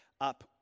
up